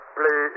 play